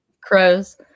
Crows